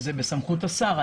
זה בסמכות השר.